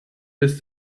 bis